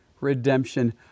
redemption